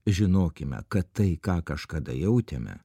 žinokime kad tai ką kažkada jautėme